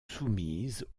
soumise